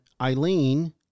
Eileen